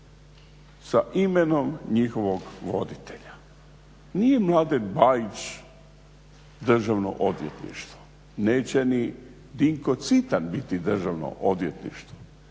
sa imenom njihovog voditelja. Nije Mladen Bajić Državno odvjetništvo. Neće ni Dinko Cvitan biti Državno odvjetništvo.